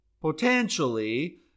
potentially